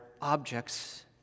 objects